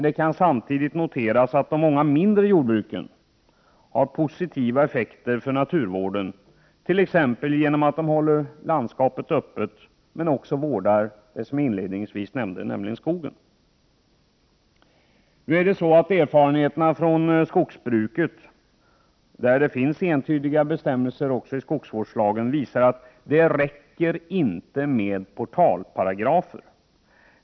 Det kan samtidigt noteras att de många mindre jordbruken har positiva effekter för naturvården, t.ex. på grund av att de håller landskapet öppet och också på grund av att de, som jag inledningsvis nämnde, vårdar skogen. Erfarenheterna från skogsbruket — det finns också entydiga bestämmelser i skogsvårdslagen — visar att det inte räcker med portalparagrafer.